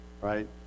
Right